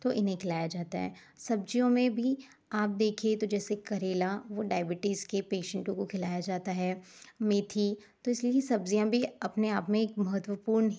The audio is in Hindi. तो इन्हें खिलाया जाता है सब्जियों में भी आप देखिए तो जैसे करेला वो डायबिटीज़ के पेशेंटों को खिलाया जाता है मेथी तो इसलिए सब्जियाँ भी अपने आप में एक महत्वपूर्ण